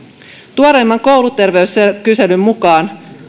tuoreimman kouluterveyskyselyn mukaan